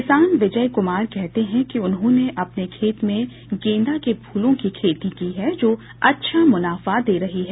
किसान विजय कमार कहते हैं कि उन्होंने अपने खेत में गेंदा के फलों की खेती की है जो अच्छा मुनाफा दे रही हैं